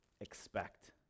expect